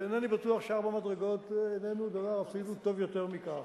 אינני בטוח שארבע מדרגות אינן אפילו דבר טוב יותר מכך,